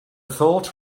thought